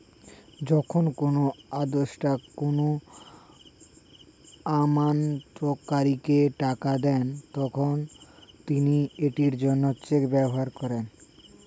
যখন কোনো আদেষ্টা কোনো আমানতকারীকে টাকা দেন, তখন তিনি এটির জন্য চেক ব্যবহার করেন